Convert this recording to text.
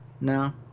No